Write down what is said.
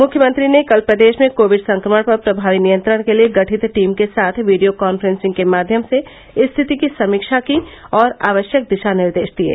मुख्यमंत्री ने कल प्रदेश में कोविड संक्रमण पर प्रभावी नियंत्रण के लिये गठित टीम के साथ वीडियो काफ्रेंसिंग के माध्यम से स्थिति की समीक्षा की और आवश्यक दिशा निर्देश दिये